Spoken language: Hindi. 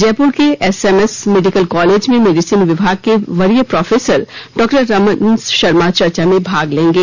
जयपुर के S M S medical college में मेडिसिन विभाग के वरीय प्रोफसर डॉक्टर रमन शर्मा चर्चा में भाग लेंगे